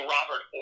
Robert